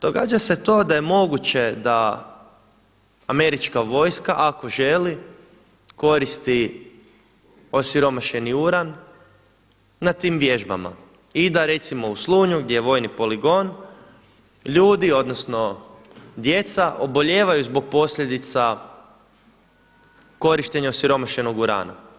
Događa se to da je moguće da američka vojska ako želi koristi osiromašeni uran na tim vježbama i da recimo u Slunju gdje je vojni poligon ljudi odnosno djeca obolijevaju zbog posljedica korištenja osiromašenog urana.